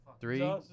three